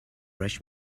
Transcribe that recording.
rush